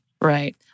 Right